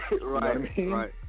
Right